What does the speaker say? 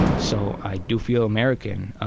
so i do feel american.